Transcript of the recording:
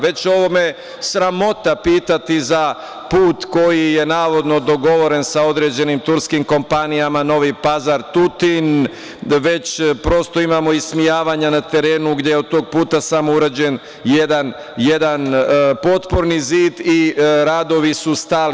Već o ovome me sramota pitati za put koji je, navodno, dogovoren sa određenim turskim kompanijama, Novi Pazar - Tutin, prosto imamo ismejavanja na terenu, gde je od tog puta samo urađen jedan potporni zid i radovi su stali.